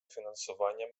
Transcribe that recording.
фінансування